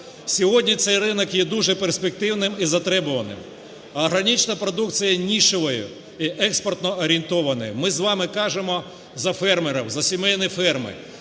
Сьогодні цей ринок є дуже перспективним і затребуваним, а органічна продукція є нішовою і експортно орієнтованою. Ми з вами кажемо за фермерів, за сімейні ферми.